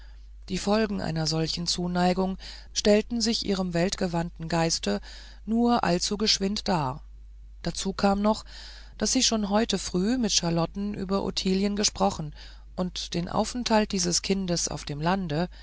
die folgen einer solchen zuneigung stellten sich ihrem weltgewandten geiste nur allzugeschwind dar dazu kam noch daß sie schon heute früh mit charlotten über ottilien gesprochen und den aufenthalt dieses kindes auf dem lande